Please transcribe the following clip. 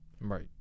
Right